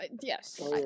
Yes